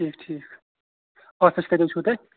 ٹھیٖک ٹھیٖک آفِس کَتہِ حظ چھُو تۄہہِ